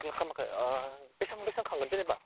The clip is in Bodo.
सोर खालामखो अ बेसेबां बेसेबां खांगोन जेनेबा